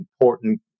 important